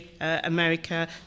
America